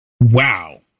Wow